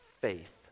faith